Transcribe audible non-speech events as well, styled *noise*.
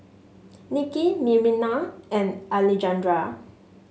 Nicky *unintelligible* and Alejandra